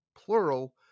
plural